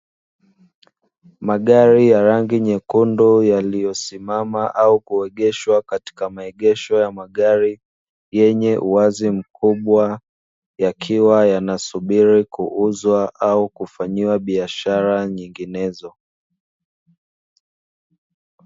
Magari ya rangi nyekundu yaliyo simama au kuegeshwa katika maegesho ya magari yenye uwazi mkubwa, yakiwa yanasubiri kuuzwa au kifanyiwa biashara nyinginezo.